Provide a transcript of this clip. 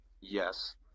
yes